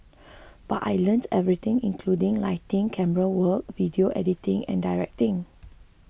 but I learnt everything including lighting camerawork video editing and directing